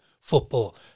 football